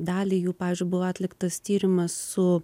dalį jų pavyzdžiui buvo atliktas tyrimas su